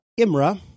Imra